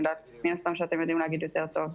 מן הסתם, אתם יודעים להגיד יותר טוב.